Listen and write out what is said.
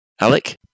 Alec